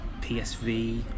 PSV